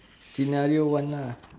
scenario one lah